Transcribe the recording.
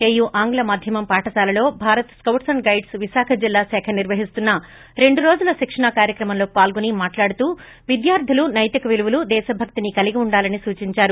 AU ఆంగ్ల మాధ్యమం పాఠశాలలో Bharat scouts and guides Visakha జిల్లా శాఖ నిర్వహిస్తున్న రెండు రోజుల శిక్షణ కార్యక్రమంలో పాల్గొని మాట్లాడుతూ విద్యార్దులు నైతికత విలువలు దేశ భక్తిని కలిగి ఉండాలని సూచించారు